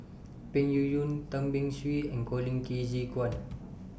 Peng Yuyun Tan Beng Swee and Colin Qi Zhe Quan